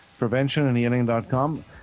Preventionandhealing.com